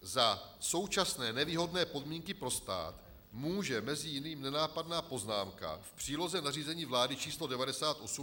Za současné nevýhodné podmínky pro stát může mezi jiným nenápadná poznámka v příloze nařízení vlády č. 98/2016 Sb.